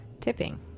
Tipping